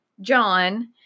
john